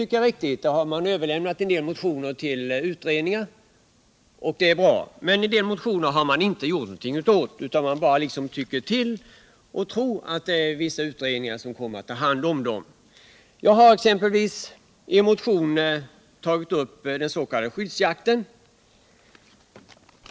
Några motioner föreslås överlämnade till utredningar, och det är bra, men en del motioner har man inte gjort någonting åt. Man tror bara att vissa utredningar kommer att behandla motionerna. Jag har i en motion tagit upp den s.k. skyddsjakten.